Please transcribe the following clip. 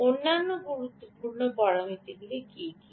অন্যান্য গুরুত্বপূর্ণ পরামিতিগুলি কী কী